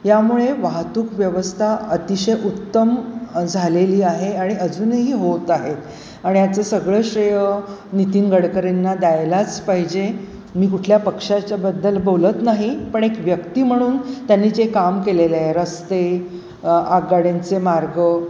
यामुळे वाहतूक व्यवस्था अतिशय उत्तम झालेली आहे आणि अजूनही होत आहे आणि याचं सगळं श्रेय नितीन गडकरींना द्यायलाच पाहिजे मी कुठल्या पक्षाच्या बद्दल बोलत नाही पण एक व्यक्ती म्हणून त्यांनी जे काम केलेलं आहे रस्ते आगगाड्यांचे मार्ग